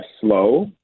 slow